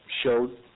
showed